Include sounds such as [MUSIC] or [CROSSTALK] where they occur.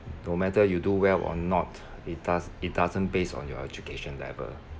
no matter you do well or not [BREATH] it does it doesn't based on your education level